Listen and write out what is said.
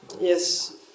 yes